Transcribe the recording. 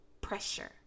pressure